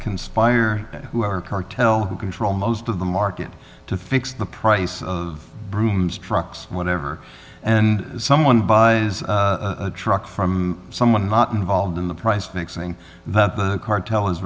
conspire who are cartel control most of the market to fix the price of brooms trucks or whatever and someone buys a truck from someone not involved in the price fixing the cartel is